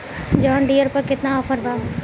John Deere पर केतना offer बा?